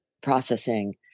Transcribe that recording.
processing